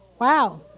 Wow